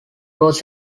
was